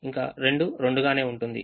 ఇంకా 2 2 గానే ఉంటుంది